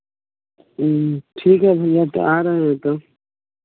ठीक है भैया तो आ रहे हैं कल